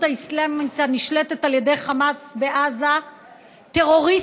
האסלאמית הנשלטת על ידי חמאס בעזה טרוריסטים,